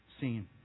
scene